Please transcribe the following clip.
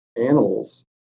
animals